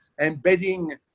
embedding